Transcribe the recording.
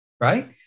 Right